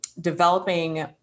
developing